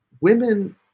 women